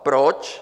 Proč?